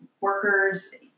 workers